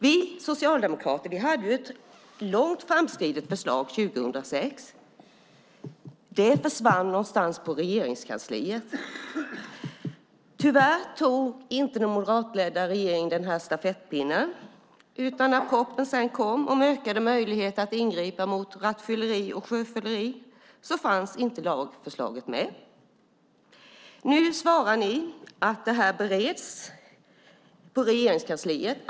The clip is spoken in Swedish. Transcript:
Vi socialdemokrater hade ett långt framskridet förslag 2006. Det försvann någonstans på Regeringskansliet. Tyvärr tog inte den moderatledda regeringen stafettpinnen, för när propositionen sedan kom om ökade möjligheter att ingripa mot rattfylleri och sjöfylleri fanns inte lagförslaget med. Nu svarar ni att förslaget bereds på Regeringskansliet.